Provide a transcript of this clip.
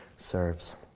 Serves